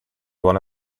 one